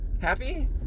happy